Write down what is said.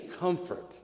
Comfort